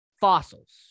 fossils